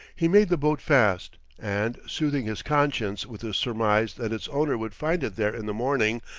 he made the boat fast and, soothing his conscience with a surmise that its owner would find it there in the morning,